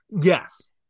Yes